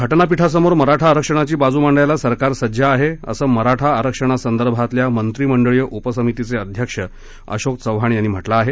घटनापीठासमोर मराठा आरक्षणाची बाजू मांडायला सरकार सज्ज आहे असं मराठा आरक्षणासंदर्भातल्या मंत्रीमंडळीय उपसमितीचे अध्यक्ष अशोक चव्हाण यांनी म्हटलं आहे